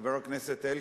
חבר הכנסת אלקין.